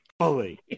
Holy